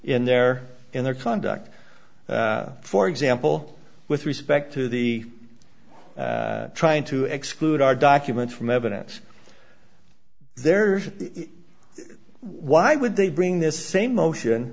in their in their conduct for example with respect to the trying to exclude our documents from evidence there is why would they bring this same motion